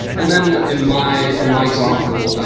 and then in my in my example,